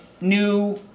new